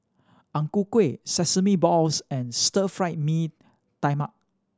Ang Ku Kueh sesame balls and Stir Fry Mee Tai Mak